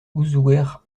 auzouer